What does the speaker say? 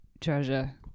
treasure